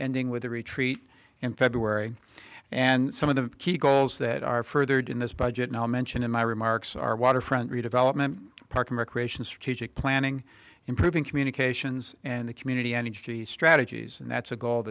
being with the retreat in february and some of the key goals that are furthered in this budget and i'll mention in my remarks our waterfront redevelopment park and recreation strategic planning improving communications and the community energy strategies and that's a goal